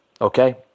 okay